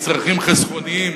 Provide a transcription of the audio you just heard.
מצרכים חסכוניים,